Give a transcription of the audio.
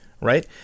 Right